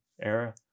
era